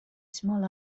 small